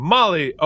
Molly